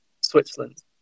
Switzerland